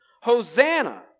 Hosanna